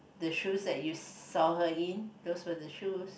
the shoes that you saw her in those were the shoes